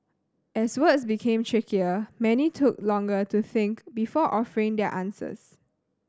as words became trickier many took longer to think before offering their answers